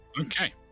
Okay